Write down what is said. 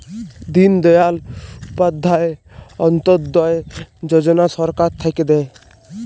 দিন দয়াল উপাধ্যায় অন্ত্যোদয় যজনা সরকার থাক্যে দেয়